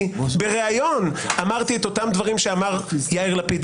בראיון אמרתי אותם דברים שאמר יאיר לפיד.